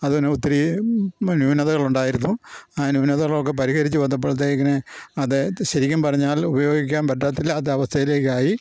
അതിന് ഒത്തിരി ന്യുനതകൾ ഉണ്ടായിരുന്നു ആ ന്യുനതകളൊക്കെ പരിഹരിച്ചു വന്നപ്പോഴത്തേക്കിന് അത് ശരിക്കും പറഞ്ഞാൽ ഉപയോഗിക്കാൻ പറ്റത്തിലാത്ത അവസ്ഥയിലേക്കായി